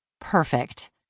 Perfect